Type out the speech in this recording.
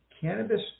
Cannabis